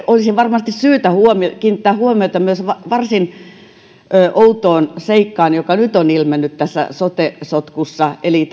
olisi varmasti syytä kiinnittää huomiota myös varsin outoon seikkaan joka nyt on ilmennyt tässä sote sotkussa eli